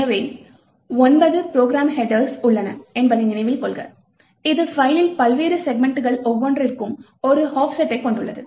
எனவே 9 program headers உள்ளன என்பதை நினைவில் கொள்க இது பைலில் பல்வேறு செக்மென்டுகள் ஒவ்வொன்றிற்கும் ஒரு ஆஃப்செட்டைக் கொண்டுள்ளது